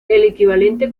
equivalente